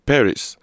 Paris